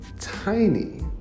Tiny